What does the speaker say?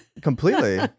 Completely